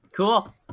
Cool